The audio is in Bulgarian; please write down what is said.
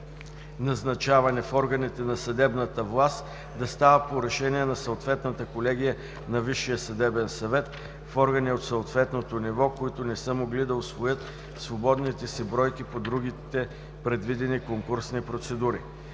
назначаване в органите на съдебната власт да става по решение на съответната колегия на Висшия съдебен съвет – в органи от съответното ниво, които не са могли да усвоят свободните си бройки по другите предвидени конкурсни процедури.